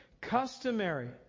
customary